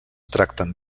tracten